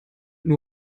nur